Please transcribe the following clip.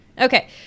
Okay